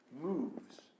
moves